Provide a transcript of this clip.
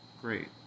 great